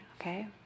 okay